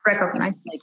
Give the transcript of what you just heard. recognize